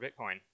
Bitcoin